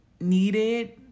needed